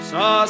Saw